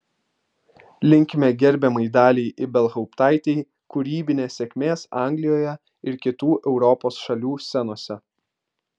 linkime gerbiamai daliai ibelhauptaitei kūrybinės sėkmės anglijoje ir kitų europos šalių scenose